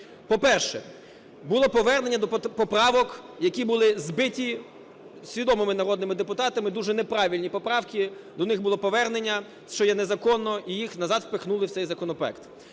По-перше, було повернення до поправок, які були збиті свідомими народними депутатами. Дуже неправильні поправки, до них було повернення, що є незаконно, і їх назад впхнули в цей законопроект.